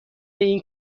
این